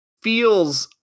feels